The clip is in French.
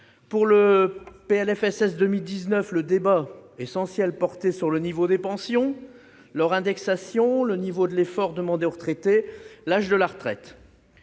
Pour le PLFSS 2019, le débat, essentiel, portait sur le niveau des pensions, leur indexation, l'effort demandé aux retraités ou l'âge de la retraite.